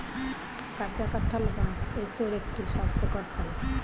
কাঁচা কাঁঠাল বা এঁচোড় একটি স্বাস্থ্যকর ফল